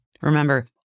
Remember